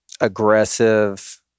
aggressive